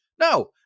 No